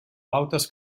pautes